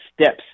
steps